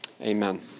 Amen